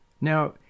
Now